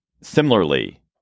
Similarly